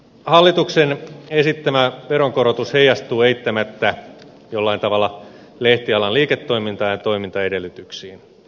hallituksen esittämä veronkorotus heijastuu eittämättä jollain tavalla lehtialan liiketoimintaan ja toimintaedellytyksiin